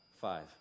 Five